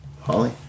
Holly